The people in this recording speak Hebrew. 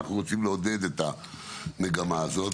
ואנחנו רוצים לעודד את המגמה הזו.